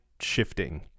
shifting